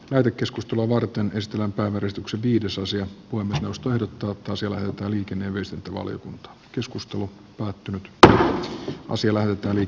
käydä keskustelua varten ystävänpäiväristuksen viidesosa kuimen osto ja tuotos eläinlta liikenee myös että valiokunta keskustelu päättynyt pää on siellä mutta nyt